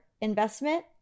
investment